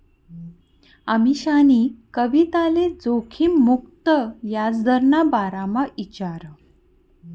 अमीशानी कविताले जोखिम मुक्त याजदरना बारामा ईचारं